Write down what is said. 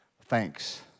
Thanks